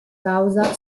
causa